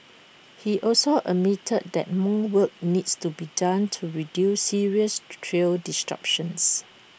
he also admitted that more work needs to be done to reduce serious trail